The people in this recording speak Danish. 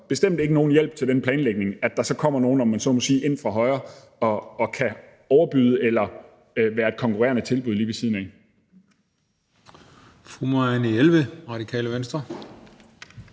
bestemt ikke som nogen hjælp til den planlægning, at der så kommer nogle ind fra højre og kan overbyde eller være et konkurrerende tilbud lige ved siden af.